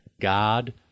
God